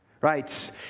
right